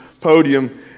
podium